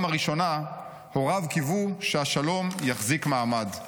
הראשונה הוריו קיוו שהשלום יחזיק מעמד.